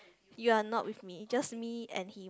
you're not with me just me and him